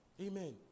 Amen